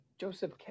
joseph